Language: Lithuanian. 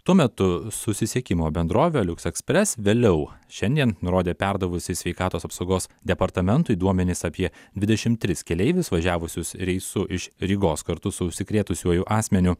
tuo metu susisiekimo bendrovė lux express vėliau šiandien nurodė perdavusi sveikatos apsaugos departamentui duomenis apie dvidešimt tris keleivius važiavusius reisu iš rygos kartu su užsikrėtusiuoju asmeniu